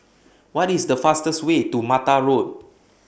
What IS The fastest Way to Mata Road